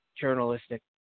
journalistic